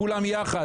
כולם יחד.